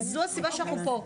זו הסיבה שאנחנו פה,